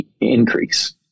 increase